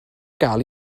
gael